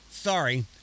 sorry